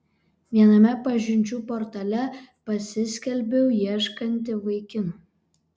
viename pažinčių portale pasiskelbiau ieškanti vaikino